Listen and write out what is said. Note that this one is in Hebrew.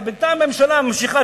בינתיים הממשלה ממשיכה,